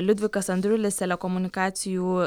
liudvikas andriulis telekomunikacijų